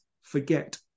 forget